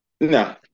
No